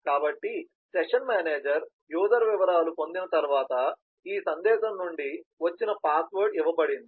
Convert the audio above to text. కాబట్టి session manager user వివరాలను పొందిన తర్వాత ఈ సందేశం నుండి వచ్చిన పాస్వర్డ్ ఇవ్వబడింది